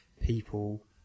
people